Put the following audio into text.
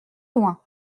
loin